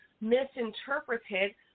misinterpreted